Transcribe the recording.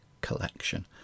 collection